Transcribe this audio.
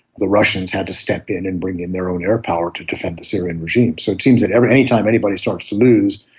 the russians had to step in and bring in their own air power to defend the syrian regime. so it seems that any time anybody starts to lose,